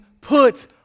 put